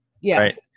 Yes